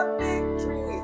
victory